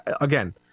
again